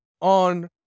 on